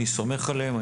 אני סומך עליהם.